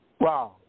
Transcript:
Wow